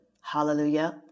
hallelujah